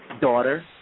Daughter